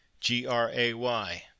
G-R-A-Y